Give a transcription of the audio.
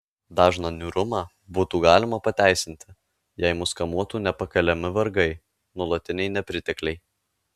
dažną niūrumą būtų galima pateisinti jei mus kamuotų nepakeliami vargai nuolatiniai nepritekliai